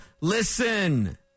Listen